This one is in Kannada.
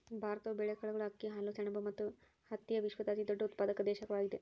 ಭಾರತವು ಬೇಳೆಕಾಳುಗಳು, ಅಕ್ಕಿ, ಹಾಲು, ಸೆಣಬು ಮತ್ತು ಹತ್ತಿಯ ವಿಶ್ವದ ಅತಿದೊಡ್ಡ ಉತ್ಪಾದಕ ದೇಶವಾಗಿದೆ